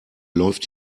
läuft